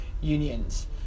unions